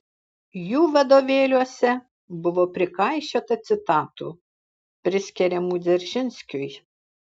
jų vadovėliuose buvo prikaišiota citatų priskiriamų dzeržinskiui